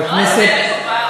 לא על זה מדובר.